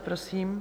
Prosím.